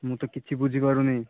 ମୁଁ ତ କିଛି ବୁଝିପାରୁନି